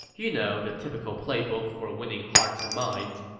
you know, the typical playbook for winning hearts and minds.